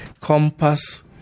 compass